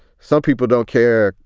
some people don't care.